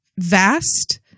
vast